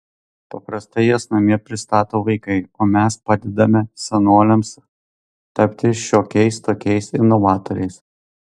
paprastai jas namie pristato vaikai o mes padedame senoliams tapti šiokiais tokiais inovatoriais